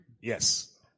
Yes